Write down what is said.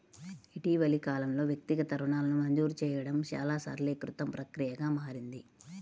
ఇటీవలి కాలంలో, వ్యక్తిగత రుణాలను మంజూరు చేయడం చాలా సరళీకృత ప్రక్రియగా మారింది